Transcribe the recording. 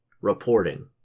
reporting